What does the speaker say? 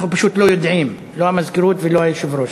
אנחנו פשוט לא יודעים, לא המזכירות ולא היושב-ראש,